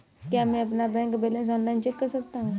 क्या मैं अपना बैंक बैलेंस ऑनलाइन चेक कर सकता हूँ?